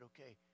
okay